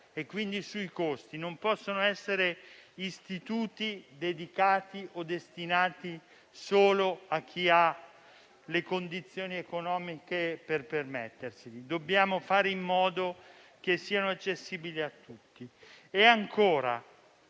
e quindi sui costi; non possono essere istituti destinati solo a chi ha le condizioni economiche per permetterseli. Dobbiamo fare in modo che siano accessibili a tutti. Voglio